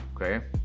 okay